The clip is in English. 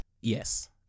Yes